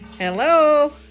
Hello